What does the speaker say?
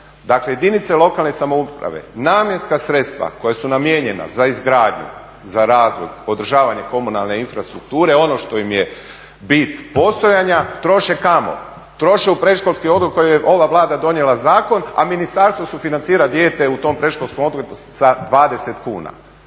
Dakle, jedinice lokalne samouprave namjenska sredstva koja su namijenjena za izgradnju, za razvoj, održavanje komunalne infrastrukture, ono što im je bit postojanja troše kamo, troše u predškolski odgoj koji je ova Vlada donijela zakon, a ministarstvo sufinancira dijete u tom predškolskom odgoju sa 20 kuna.